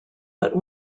but